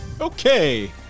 Okay